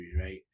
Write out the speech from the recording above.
right